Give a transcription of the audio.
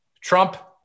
Trump